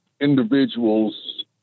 individuals